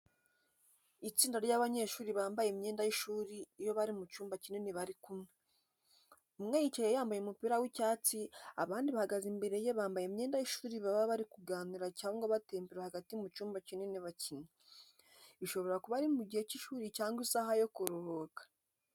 Itsinda ry'abanyeshuri bambaye imyenda y'ishuri iyo bari mu cyumba kinini bari kumwe. Umwe yicaye yambaye umupira w'icyatsi, abandi bahagaze imbere ye bambaye imyenda y'ishuri baba bari kuganira cyangwa batembera hagati mu cyumba kinini bakina. Bishobora kuba ari mu gihe cy'ishuri cyangwa isaha yo kuruhuka .